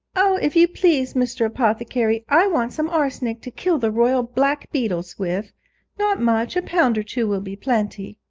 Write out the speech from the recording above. oh, if you please, mr. apothecary, i want some arsenic to kill the royal blackbeetles with not much a pound or two will be plenty.